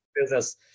business